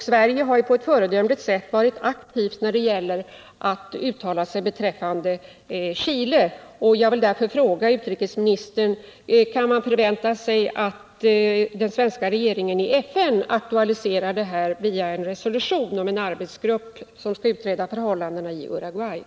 Sverige har på ett föredömligt sätt varit aktivt när det gäller att uttala sig beträffande Chile, och jag vill därför fråga utrikesministern: Kan man förvänta sig att den svenska regeringen i FN aktualiserar frågan via en resolution om en arbetsgrupp som skall utreda förhållandena i Uruguay?